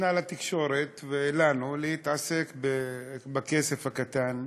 נתנה לתקשורת ולנו להתעסק בכסף הקטן,